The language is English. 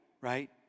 right